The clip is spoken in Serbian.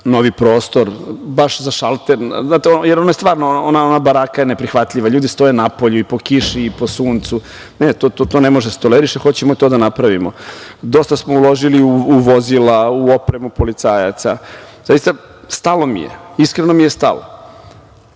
novi prostor, baš za šalter, jer je ona baraka stvarno neprihvatljiva, ljudi stoje napolju i po kiši i po suncu i to ne može da se toleriše. Hoćemo to da napravimo. Dosta smo uložili u vozila, u opremu policajaca. Zaista mi je stalo, iskreno mi je stalo.